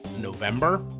November